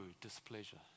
displeasure